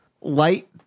light